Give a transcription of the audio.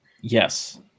Yes